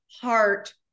heart